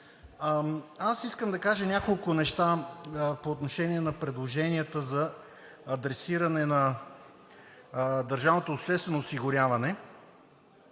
Аз искам да кажа няколко неща по отношение на предложенията за адресиране на държавното обществено осигуряване